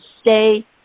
stay